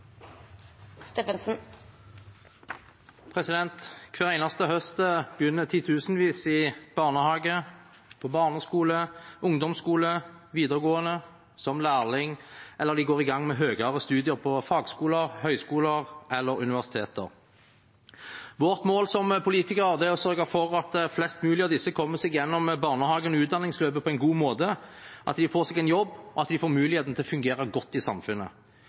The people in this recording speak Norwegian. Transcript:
minutter. Hver eneste høst begynner titusenvis i barnehage, på barneskole, ungdomsskole, videregående, som lærling eller de går i gang med høyere studier på fagskoler, høyskoler eller universiteter. Vårt mål som politikere er å sørge for at flest mulig av disse kommer seg gjennom barnehagen og utdanningsløpet på en god måte, at de får seg en jobb, og at de får muligheten til å fungere godt i samfunnet.